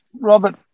Robert